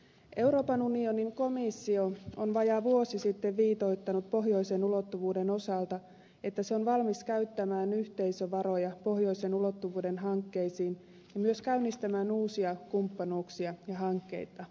euroopan unionin komissio on vajaa vuosi sitten viitoittanut pohjoisen ulottuvuuden osalta että se on valmis käyttämään yhteisöveroja pohjoisen ulottuvuuden hankkeisiin ja myös käynnistämään uusia kumppanuuksia ja hankkeita